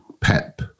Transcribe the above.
Pep